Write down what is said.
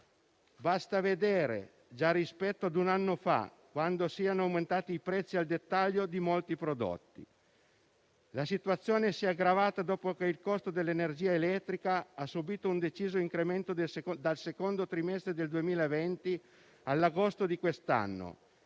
Basta vedere, già rispetto ad un anno fa, quanto siano aumentati i prezzi al dettaglio di molti prodotti. La situazione si è aggravata dopo che il costo dell'energia elettrica ha subito un deciso incremento dal secondo trimestre del 2020 all'agosto di quest'anno,